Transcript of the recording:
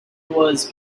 was